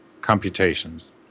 computations